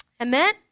Amen